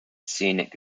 scenic